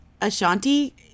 Ashanti